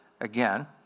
again